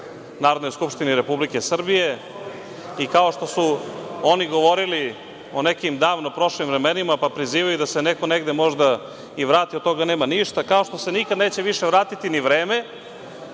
Narodnoj skupštini Republike Srbije. Kao što su oni govorili o nekim davno prošli vremenima, pa prizivaju da se neko negde, možda i vrati, od toga nema ništa, kao što se nikad više neće vratiti ni vreme